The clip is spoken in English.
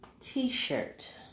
t-shirt